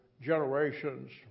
generations